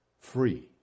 Free